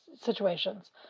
situations